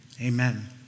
Amen